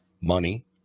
money